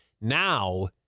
now